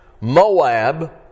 Moab